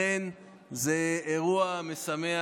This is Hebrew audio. זה אכן אירוע משמח.